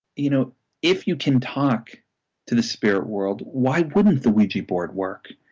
you know if you can talk to the spirit world, why wouldn't the ouija board work?